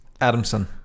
Adamson